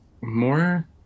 more